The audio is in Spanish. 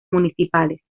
municipales